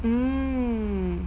mmhmm